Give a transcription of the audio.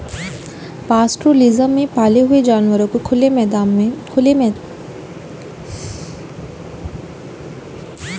pastoralism में पाले हुए जानवरों को खुले मैदान में घास खाने के लिए छोड़ देते है